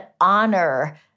honor